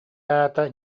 аата